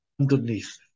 underneath